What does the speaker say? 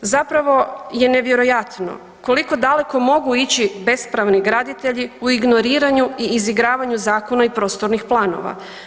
Zapravo je nevjerojatno koliko daleko mogu ići bespravni graditelji u ignoriranju i izigravanju zakona i prostornih planova.